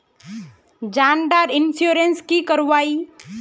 जान डार इंश्योरेंस की करवा ई?